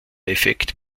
effekt